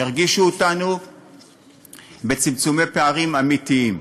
ירגישו אותנו בצמצומי פערים אמיתיים,